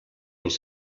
els